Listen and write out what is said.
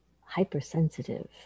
hypersensitive